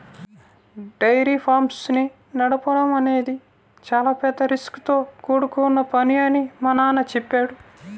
dairy farms ని నడపడం అనేది చాలా పెద్ద రిస్కుతో కూడుకొన్న పని అని మా నాన్న చెప్పాడు